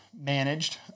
managed